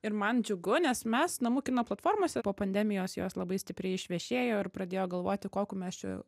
ir man džiugu nes mes namų kino platformose po pandemijos jos labai stipriai išvešėjo ir pradėjo galvoti kokiu mes čia